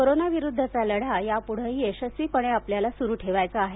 कोरोनाविरुद्धचा लढा यापुढेही यशस्वीपणे आपल्याला सुरु ठेवायचा आहे